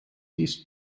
these